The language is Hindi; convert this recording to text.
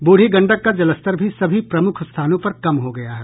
ब्रूढ़ी गंडक का जलस्तर भी सभी प्रमुख स्थानों पर कम हो गया है